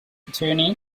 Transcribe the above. attorney